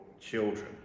children